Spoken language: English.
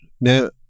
now